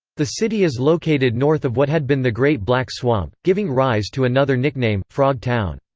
the city is located north of what had been the great black swamp, giving rise to another nickname, frog town.